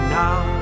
now